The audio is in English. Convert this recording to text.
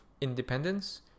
independence